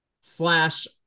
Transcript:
slash